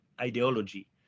ideology